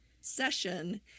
session